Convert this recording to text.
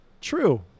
true